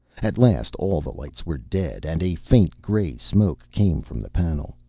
at last all the lights were dead, and a faint gray smoke came from the panel.